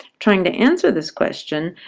trying to answer this question,